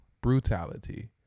brutality